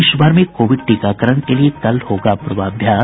देश भर में कोविड टीकाकरण के लिए कल होगा पूर्वाभ्यास